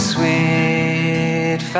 Sweet